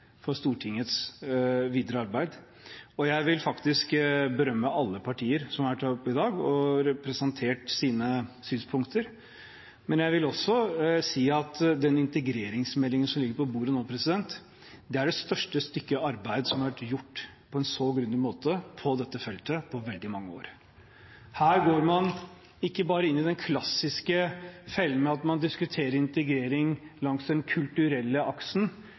for Stortingets videre arbeid, og jeg vil faktisk berømme alle partier som har vært her oppe i dag og presentert sine synspunkter. Jeg vil også si at den integreringsmeldingen som ligger på bordet nå, er det største stykke arbeid som har vært gjort på en så grundig måte på dette feltet på veldig mange år. Her går man ikke i den klassiske fellen med at man diskuterer integrering bare langs den kulturelle aksen,